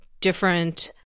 different